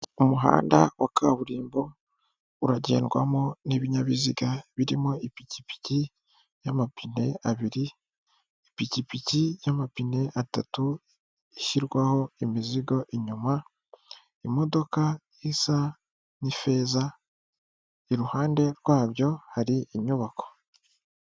Umuhanda wa kaburimbo uragendwamo n'ibinyabiziga birimo ipikipiki y'amapine abiri ipikipiki y'amapine atatu, ishyirwaho imizigo inyuma, imodoka isa n'ifeza iruhande rwabyo hari inyubako.